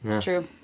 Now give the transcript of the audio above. true